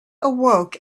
awoke